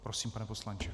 Prosím, pane poslanče.